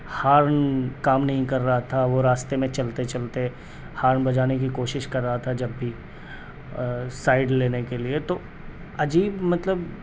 horn کام نہیں کر رہا تھا وہ راستے میں چلتے چلتے ہارن بجانے کی کوشش کر رہا تھا جب بھی سائڈ لینے کے لئے تو عجیب مطلب